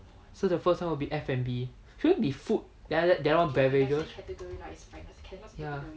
so the first one will be F&B shouldn't be food then after that the other one beverages